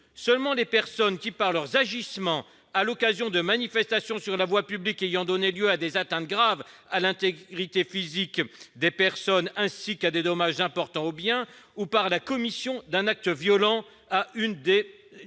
particulière gravité » par leurs « agissements à l'occasion de manifestations sur la voie publique ayant donné lieu à des atteintes graves à l'intégrité physique des personnes ainsi qu'à des dommages importants aux biens ou par la commission d'un acte violent ». En outre,